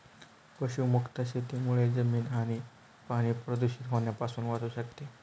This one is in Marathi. पशुमुक्त शेतीमुळे जमीन आणि पाणी प्रदूषित होण्यापासून वाचू शकते